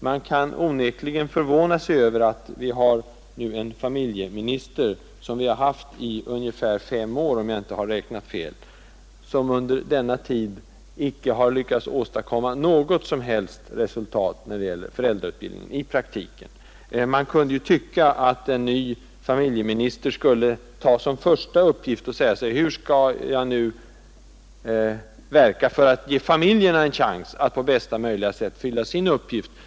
Man kan onekligen förvåna sig över att familjeministern, som nu varit verksam i fem år, om jag inte har räknat fel, under denna tid inte har lyckats åstadkomma något som helst resultat i praktiken när det gäller föräldrautbildningen. Man kunde ju tycka att en ny familjeminister först skulle fråga sig: Hur skall jag nu verka, för att ge familjerna en chans att på bästa möjliga sätt fylla sin uppgift?